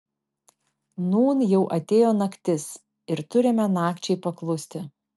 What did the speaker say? nūn jau atėjo naktis ir turime nakčiai paklusti